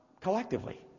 collectively